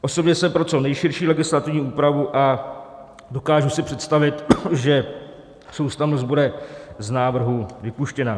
Osobně jsem pro co nejširší legislativní úpravu a dokážu si představit, že soustavnost bude z návrhu vypuštěna.